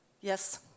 Yes